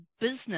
business